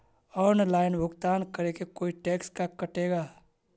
Online भुगतान करे को कोई टैक्स का कटेगा?